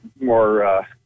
more